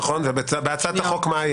נכון, ומה היה בהצעת החוק?